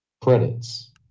credits